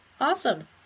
Awesome